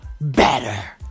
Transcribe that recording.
better